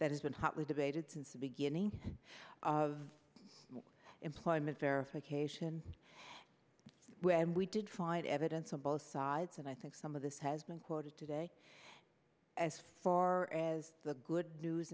that has been hotly debated since the beginning of employment verification when we did find evidence on both sides and i think some of this has been quoted today as far as the good news